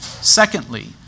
Secondly